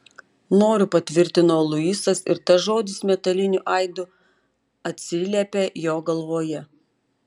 noriu patvirtino luisas ir tas žodis metaliniu aidu atsiliepė jo galvoje